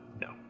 No